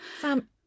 Sam